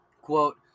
Quote